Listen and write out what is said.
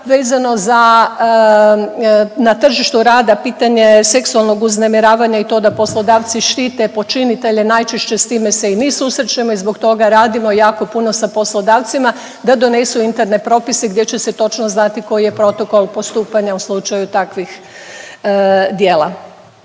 vezano za na tržištu rada pitanje seksualnog uznemiravanja i to da poslodavci štite počinitelje najčešće s time se i mi susrećemo i zbog toga radimo jako puno sa poslodavcima da donesu interne propise gdje će se točno znati koji je protokol postupanja u slučaju takvih djela.